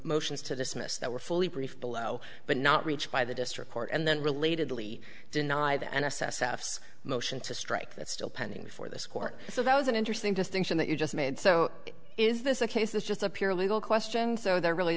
motions to dismiss that were fully briefed below but not reached by the district court and then relatedly deny the s s s motion to strike that's still pending before this court so that was an interesting distinction that you just made so is this a case that's just a pure legal question so there really